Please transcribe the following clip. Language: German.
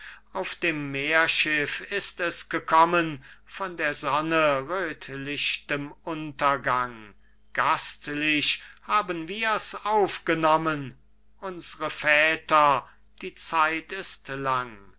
auf dem meerschiff ist es gekommen von der sonne röthlichem untergang gastlich haben wir's aufgenommen unsre väter die zeit ist lang